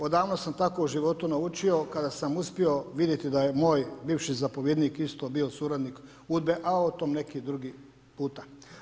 Odavno sam tako u životu naučio kada sam uspio vidjeti da je moj bivši zapovjednik isto bio suradnik udbe a o tome neki drugi puta.